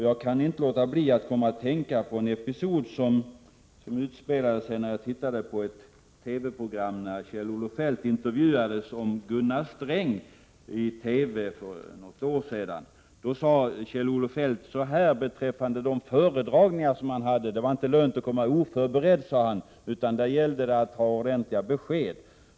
Jag kan inte låta bli att tänka på en episod som utspelade sig för något år sedan när jag tittade på ett TV-program där Kjell-Olof Feldt intervjuades om Gunnar Sträng. Kjell-Olof Feldt sade beträffande de föredragningar han hade att göra att det inte var lönt att komma oförberedd. Det gällde, sade han, att ha ordentliga besked.